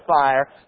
fire